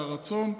לרצון.